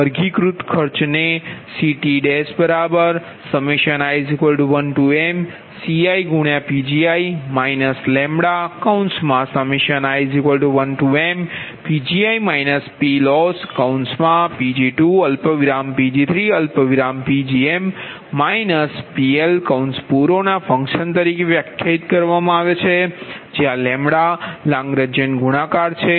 વર્ગીકૃત ખર્ચ ને CTi1mCiPgi λi1mPgi PLossPg2Pg3Pgm PL ના ફંક્શન તરીકે વ્યાખ્યાયિત કરવામાં આવે છે જ્યાં લગ્રાજિયન ગુણાકાર છે